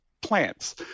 plants